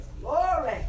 Glory